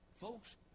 folks